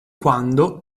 quando